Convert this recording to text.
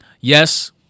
yes